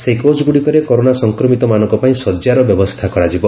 ସେହି କୋଚ୍ଗୁଡ଼ିକରେ କରୋନା ସଂକ୍ରମିତମାନଙ୍କ ପାଇଁ ଶଯ୍ୟାର ବ୍ୟବସ୍ଥା କରାଯିବ